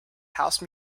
house